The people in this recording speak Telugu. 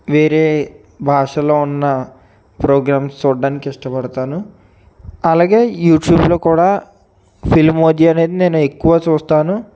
వేరే భాషలో ఉన్న ప్రోగ్రామ్స్ చూడడానికి ఇష్టపడతాను అలాగే యూట్యూబ్లో కూడా ఫిల్మిమోజి అనేది నేను ఎక్కువ చూస్తాను